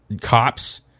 cops